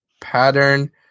Pattern